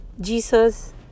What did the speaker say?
jesus